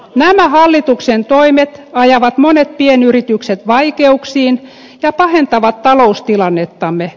nämä hallituksen toimet ajavat monet pienyritykset vaikeuksiin ja pahentavat taloustilannettamme